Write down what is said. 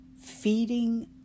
feeding